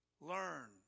Learn